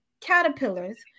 caterpillars